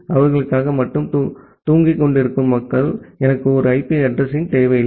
அவர்களுக்காக மட்டும் தூங்கிக் கொண்டிருக்கும் மக்கள் எனக்கு ஒரு ஐபி அட்ரஸிங் தேவையில்லை